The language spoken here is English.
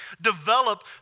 develop